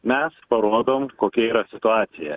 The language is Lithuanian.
mes parodom kokia yra situacija